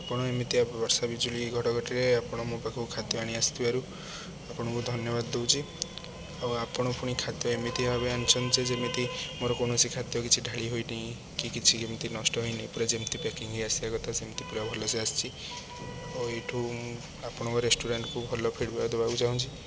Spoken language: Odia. ଆପଣ ଏମିତି ବର୍ଷା ବିଜୁଳି ଘଟ ଘଟରେ ଆପଣ ମୋ ପାଖକୁ ଖାଦ୍ୟ ଆଣି ଆସିଥିବାରୁ ଆପଣଙ୍କୁ ଧନ୍ୟବାଦ ଦେଉଛି ଆଉ ଆପଣ ପୁଣି ଖାଦ୍ୟ ଏମିତି ଭାବେ ଆଣିଛନ୍ତି ଯେ ଯେମିତି ମୋର କୌଣସି ଖାଦ୍ୟ କିଛି ଢାଳି ହୋଇନି କି କିଛି କେମିତି ନଷ୍ଟ ହୋଇନି ପୁରା ଯେମିତି ପ୍ୟାକିଂ ହୋଇ ଆସିବା କଥା ସେମିତି ପୁରା ଭଲସେ ଆସିଛି ଓ ଏଇଠୁ ଆପଣଙ୍କ ରେଷ୍ଟୁରାଣ୍ଟ୍କୁ ଭଲ ଫିଡ଼୍ବ୍ୟାକ୍ ଦେବାକୁ ଚାହୁଁଛି